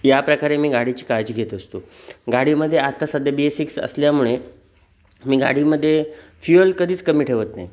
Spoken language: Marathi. याप्रकारे मी गाडीची काळजी घेत असतो गाडीमध्ये आत्ता सध्या बेसिक्स असल्यामुळे मी गाडीमध्ये फ्युअल कधीच कमी ठेवत नाही